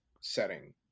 setting